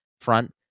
front